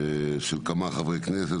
של כמה חברי כנסת,